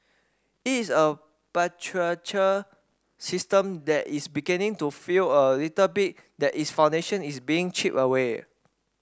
it is a patriarchal system that is beginning to feel a little bit that its foundation is being chipped away